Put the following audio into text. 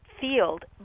field